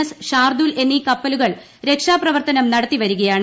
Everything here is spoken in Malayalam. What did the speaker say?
എസ് ഷാർദ്ദൂൽ എന്നീ കപ്പലുകൾ രക്ഷാ പ്രവർത്തനം നടത്തിവരികയാണ്